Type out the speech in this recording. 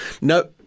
No